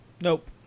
Nope